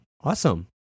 Awesome